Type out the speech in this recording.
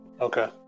Okay